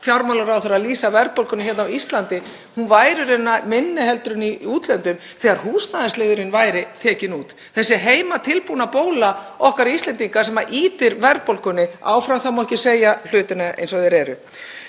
fjármálaráðherra lýsa verðbólgunni á Íslandi. Hún væri minni en í útlöndum þegar húsnæðisliðurinn væri tekinn út, þessi heimatilbúna bóla okkar Íslendinga sem ýtir verðbólgunni áfram. Það má ekki segja hlutina eins og þeir eru.